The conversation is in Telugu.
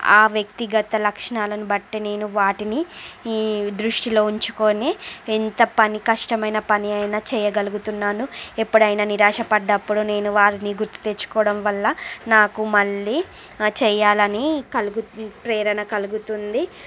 ఆ వ్యక్తిగత లక్షణాలను బట్టి నేను వాటిని ఈ దృష్టిలో ఉంచుకోని ఎంత పని కష్టమైన పని అయినా చేయగలుగుతున్నాను ఎప్పుడైనా నిరాశ పడ్డప్పుడు నేను వారిని గుర్తు తెచ్చుకోవడం వల్ల నాకు మళ్ళీ చేయాలని కలుగు ప్రేరణ కలుగుతుంది